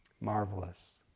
Marvelous